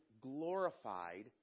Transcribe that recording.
glorified